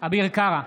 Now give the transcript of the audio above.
אביר קארה,